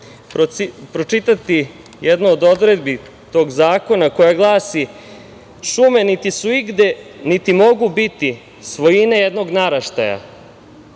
pročitati jednu od odredbi tog zakona, koji glasi – šume niti su igde, niti mogu biti svojine jednog naraštaja,